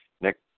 Nick